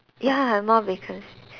ya more vacancies